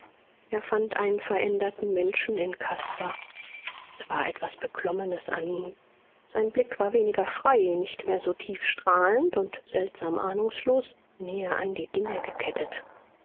er fand einen veränderten menschen in caspar es war etwas beklommenes an ihm sein blick war weniger frei nicht mehr so tiefstrahlend und seltsam ahnungslos näher an die dinge gekettet